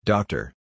Doctor